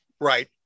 Right